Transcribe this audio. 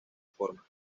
forma